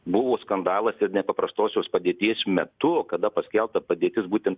buvo skandalas ir nepaprastosios padėties metu kada paskelbta padėtis būtent